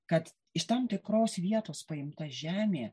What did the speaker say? kad iš tam tikros vietos paimta žemė